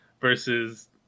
Versus